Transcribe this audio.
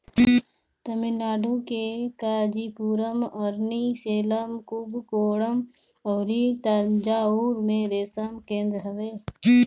तमिलनाडु के कांचीपुरम, अरनी, सेलम, कुबकोणम अउरी तंजाउर में रेशम केंद्र हवे